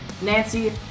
Nancy